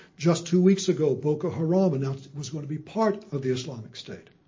just two weeks ago boko haram announced it was going to be part of the islamic state.